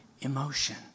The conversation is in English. emotion